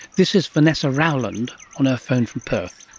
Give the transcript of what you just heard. this is vanessa rauland on her phone from perth.